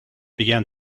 began